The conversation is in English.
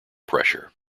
pressure